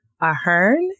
Ahern